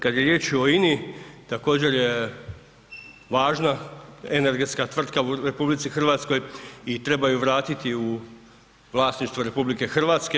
Kad je riječ o INI također je važna energetska tvrtka u RH i treba ju vratiti u vlasništvo RH.